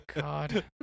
God